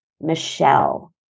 Michelle